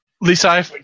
Lisa